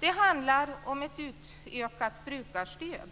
Det handlar om ett utökat brukarstöd.